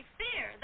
fear